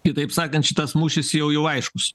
kitaip sakant šitas mūšis jau jau aiškus